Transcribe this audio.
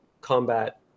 combat